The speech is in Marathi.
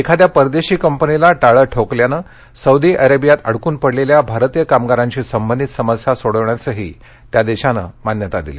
एखाद्या परदेशी कंपनीला टाळं ठोकल्यानं सौदी अरेबियात अडकून पडलेल्या भारतीय कामगारांशी संबंधित समस्या सोडविण्यासही त्या देशानं मान्यता दिली